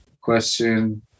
Question